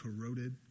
corroded